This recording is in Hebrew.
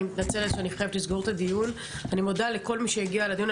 אני מודה לכל מי שהגיע לדיון,